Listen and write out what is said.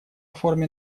форме